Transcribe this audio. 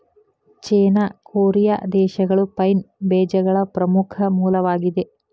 ಚೇನಾ, Korea ದೇಶಗಳು pine ಬೇಜಗಳ ಪ್ರಮುಖ ಮೂಲವಾಗಿದೆ